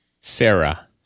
Sarah